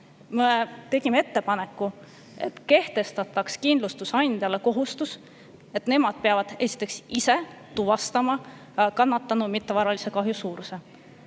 me tegime ettepaneku, et kehtestataks kindlustusandjale kohustus, et ta peab ise tuvastama kannatanu mittevaralise kahju suuruse.